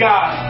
God